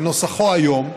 בנוסחו כיום,